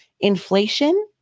inflation